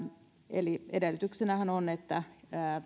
eli edellytyksenähän on että